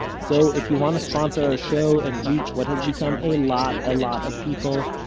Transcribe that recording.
so if you want to support our ah show, and reach what has become a lot a lot of people,